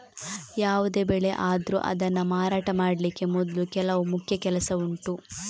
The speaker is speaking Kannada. ಯಾವುದೇ ಬೆಳೆ ಆದ್ರೂ ಅದನ್ನ ಮಾರಾಟ ಮಾಡ್ಲಿಕ್ಕೆ ಮೊದ್ಲು ಕೆಲವು ಮುಖ್ಯ ಕೆಲಸ ಉಂಟು